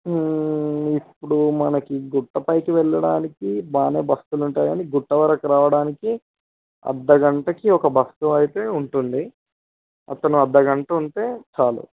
ఇప్పుడు మనకి గుట్ట పైకి వెళ్ళడానికి బాగానే బస్సులు ఉంటాయి కానీ గుట్ట వరకు రావడానికి అర్థగంటకి ఒక బస్సు అయితే ఉంటుంది అతను అర్థగంట ఉంటే చాలు